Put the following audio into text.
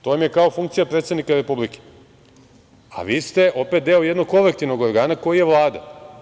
To vam je kao funkcija predsednika Republike, a vi ste opet deo jednog kolektivnog organa koji je Vlada.